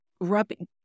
rubbing